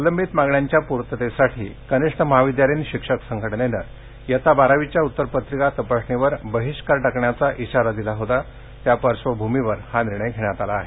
प्रलंबित मागण्यांच्या प्रर्ततेसाठी कनिष्ठ महाविद्यालयीन शिक्षक संघटनेनं बारावीच्या उत्तर पत्रिका तपासणीवर बहिष्कार टाकण्याचा इशारा दिला होता त्या पार्श्वभूमीवर हा निर्णय घेण्यात आला आहे